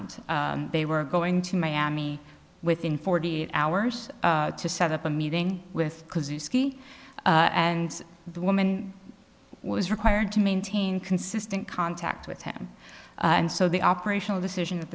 they were going to miami within forty eight hours to set up a meeting with ski and the woman was required to maintain consistent contact with him and so the operational decision at